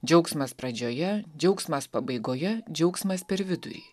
džiaugsmas pradžioje džiaugsmas pabaigoje džiaugsmas per vidurį